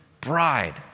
bride